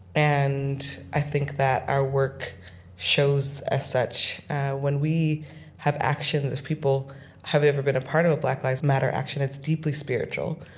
and i think that our work shows as such when we have actions of people have they ever been a part of a black lives matter action it's deeply spiritual.